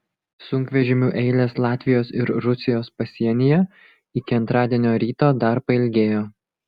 sunkvežimių eilės latvijos ir rusijos pasienyje iki antradienio ryto dar pailgėjo